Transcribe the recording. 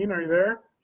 you know you there?